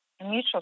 mutual